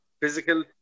physical